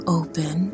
open